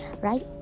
right